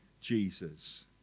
Jesus